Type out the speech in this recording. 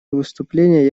выступление